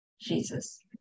Jesus